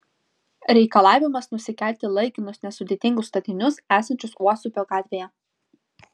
reikalavimas nusikelti laikinus nesudėtingus statinius esančius uosupio gatvėje